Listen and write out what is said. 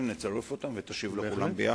נצרף אותם ותשיב לכולם ביחד.